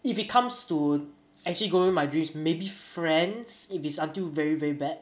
if it comes to actually going with my dream maybe friends if it's until very very bad